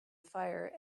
fire